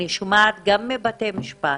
אני שומעת גם מבתי המשפט,